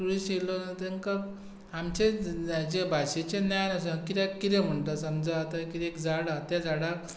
tourist येयलो न्हू तांकां आमचेच हाजें भाशेचें ज्ञान आसूंक जाय किद्याक कितें म्हणटा समजा आतां कितें एक झाड आसा त्या झाडाक